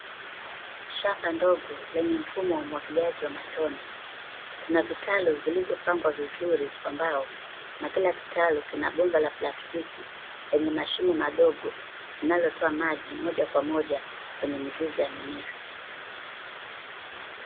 Shamba dogo lenye mfumo wa umwagiliaji wa matone. Kuna vitalu vilivyopangwa vizuri ambao na kila kitalu kina bomba la plastiki lenye mashimo madogo, linalotoa maji moja kwa moja kwenye mizizi ya mimea.